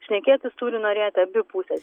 šnekėtis turi norėti abi pusės